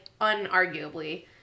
unarguably